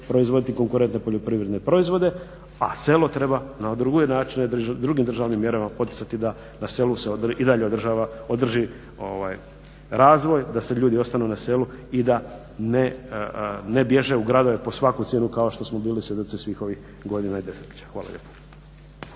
proizvoditi konkurentne poljoprivredne proizvode. A selo treba na druge načine drugim državnim mjerama poticati da na selu se i dalje održi razvoj, da ljudi ostanu na selu i da ne bježe u gradove po svaku cijenu kao što smo bili svjedoci svih ovih godina i desetljeća. Hvala lijepo.